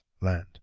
Land